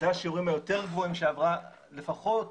אז זה השיעורים היותר גבוהים כשעברו לפחות